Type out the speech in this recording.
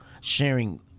sharing